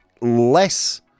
less